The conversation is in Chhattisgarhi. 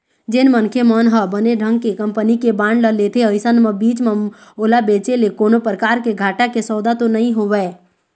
जेन मनखे मन ह बने ढंग के कंपनी के बांड ल लेथे अइसन म बीच म ओला बेंचे ले कोनो परकार के घाटा के सौदा तो नइ होवय